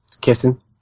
Kissing